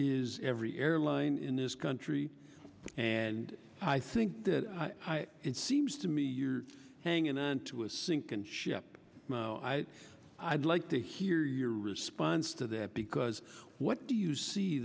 is every airline in this country and i think that it seems to me you're hanging onto a sinking ship i'd like to hear your response to that because what do you see